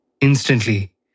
Instantly